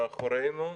מאחורינו,